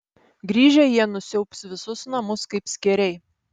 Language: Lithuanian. grįžę jie nusiaubs visus namus kaip skėriai